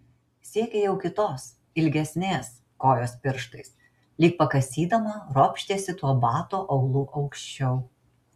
siekė jau kitos ilgesnės kojos pirštais lyg pakasydama ropštėsi tuo bato aulu aukščiau